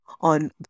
on